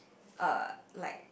err like